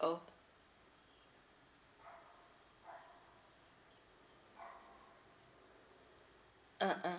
oh uh uh